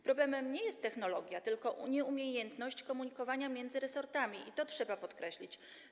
Problemem nie jest technologia, tylko nieumiejętność komunikowania się miedzy resortami, i to trzeba podkreślić.